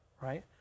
right